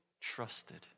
trusted